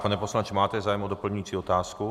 Pane poslanče, máte zájem o doplňující otázku?